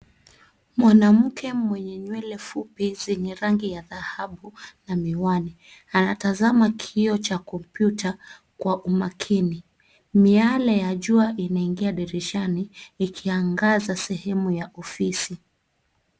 Mwanamke mwenye nywele fupi zenye rangi ya dhahabu na miwani anatazama kioo cha kompyuta kwa umakini. Miale ya jua inaingia dirishani ikiangaza sehemu ya ofisi.